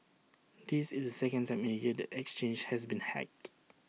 this is the second time in A year the exchange has been hacked